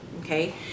okay